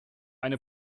eine